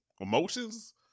emotions